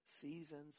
seasons